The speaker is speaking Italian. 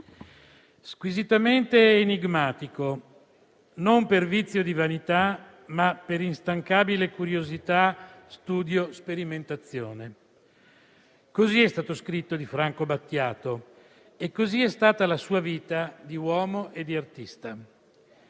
«squisitamente enigmatico non per vizio di vanità, ma per instancabile curiosità, studio e sperimentazione». Così è stato scritto di Franco Battiato e così è stata la sua vita di uomo e di artista.